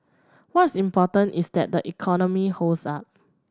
what's important is that the economy holds up